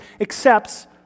accepts